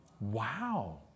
Wow